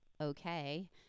okay